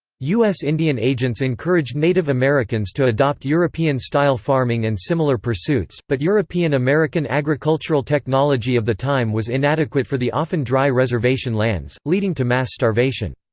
u s. indian agents encouraged native americans to adopt european-style farming and similar pursuits, but european-american agricultural technology of the time was inadequate for the often dry reservation lands, leading to mass starvation.